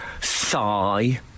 Sigh